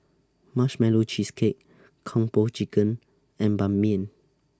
Marshmallow Cheesecake Kung Po Chicken and Ban Mian